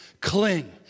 cling